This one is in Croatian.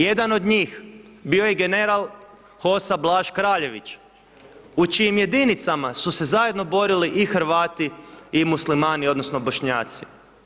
Jedan od njih bio je general HOS-a Blaž Kraljević u čijim jedinicama su se zajedno borili i Hrvati i Muslimani odnosno Bošnjaci.